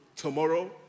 tomorrow